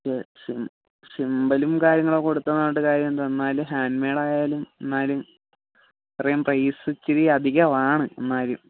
okay സി സിംബലും കാര്യങ്ങളും കൊടുക്കുന്നെന്നു പറഞ്ഞിട്ട് കാര്യമെന്തുവാ എന്നാലും ഹാൻഡ് മേഡ് ആയാലും എന്നാലും ഇത്രയും പ്രൈസ് ഇച്ചിരി അധികമാണ് എന്നാലും